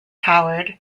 howard